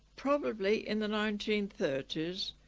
probably in the nineteen thirty s,